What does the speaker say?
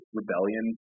rebellion